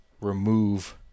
remove